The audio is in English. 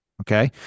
Okay